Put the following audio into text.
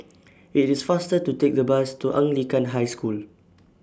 IT IS faster to Take The Bus to Anglican High School